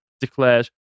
declares